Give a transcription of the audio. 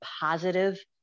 positive